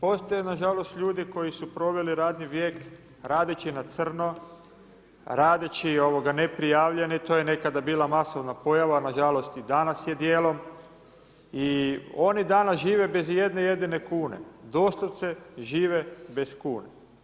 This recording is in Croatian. Postoje, na žalost, ljudi koji su proveli radni vijek radeći na crno, radeći neprijavljen i to je nekada bila masovna pojava, na žalost, i danas je dijelom i oni danas žive bez ijedne jedine kune, doslovce žive bez kune.